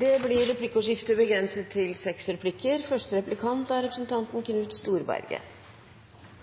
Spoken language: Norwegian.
Det blir replikkordskifte.